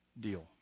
deal